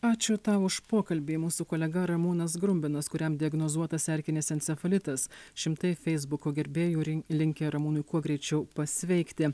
ačiū tau už pokalbį mūsų kolega ramūnas grumbinas kuriam diagnozuotas erkinis encefalitas šimtai feisbuko gerbėjų rin linki ramūnui kuo greičiau pasveikti